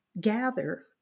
gather